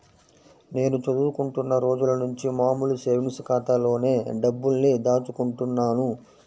నేను చదువుకుంటున్న రోజులనుంచి మామూలు సేవింగ్స్ ఖాతాలోనే డబ్బుల్ని దాచుకుంటున్నాను